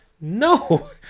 no